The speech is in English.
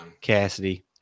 Cassidy